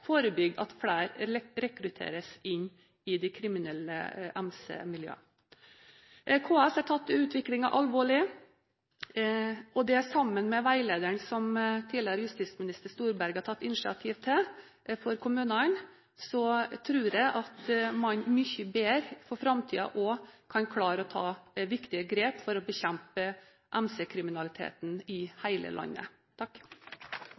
forebygge rekruttering inn i de kriminelle MC-miljøene. KS har tatt utviklingen alvorlig, og med dette, sammen med veilederen som tidligere justisminister Knut Storberget har tatt initiativ til for kommunene, tror jeg at man mye bedre også i framtida kan klare å ta viktige grep for å bekjempe MC-kriminaliteten i